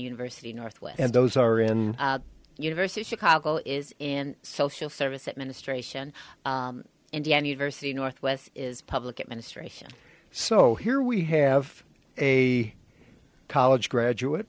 university northwest and those are in university chicago is in social service administration indiana university northwest is public administration so here we have a college graduate